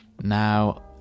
Now